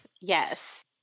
Yes